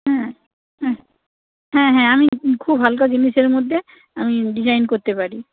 হ্যাঁ হ্যাঁ হ্যাঁ হ্যাঁ আমি খুব হালকা জিনিসের মধ্যে আমি ডিজাইন করতে পারি